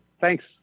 Thanks